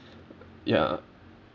ya